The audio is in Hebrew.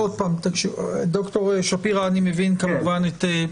ד"ר שפירא, אני כמובן מבין.